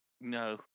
No